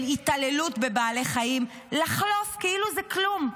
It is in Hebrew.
התעללות בבעלי חיים לחלוף כאילו זה כלום,